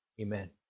Amen